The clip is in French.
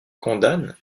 condamne